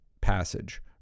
passage